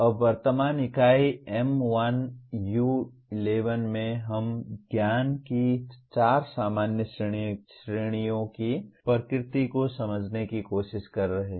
अब वर्तमान इकाई M1U11 में हम ज्ञान की चार सामान्य श्रेणियों की प्रकृति को समझने की कोशिश कर रहे हैं